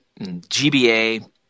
GBA